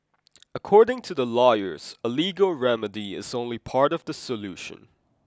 according to the lawyers a legal remedy is only part of the solution